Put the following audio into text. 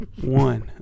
one